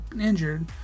injured